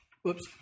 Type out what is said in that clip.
Whoops